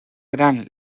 gran